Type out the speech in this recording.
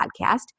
podcast